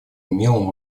умелым